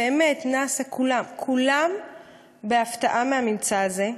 נאס"א, כולם, כולם בהפתעה מהממצא הזה.